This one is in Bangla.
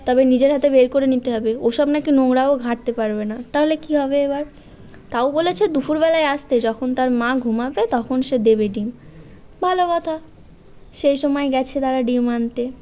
তবে নিজের হাতে বের করে নিতে হবে ওসব নাকি নোংরা ও ঘাঁটতে পারবে না তাহলে কী হবে এবার তাও বলেছে দুপুরবেলায় আসতে যখন তার মা ঘুমোবে তখন সে দেবে ডিম ভালো কথা সেই সময় গিয়েছে তারা ডিম আনতে